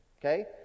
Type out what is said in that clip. okay